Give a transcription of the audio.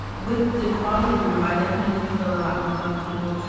with the quality group, i definitely feel a lot more comfortable.